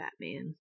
Batman